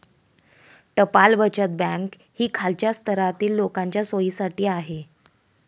टपाल बचत बँक ही खालच्या स्तरातील लोकांच्या सोयीसाठी आहे